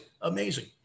Amazing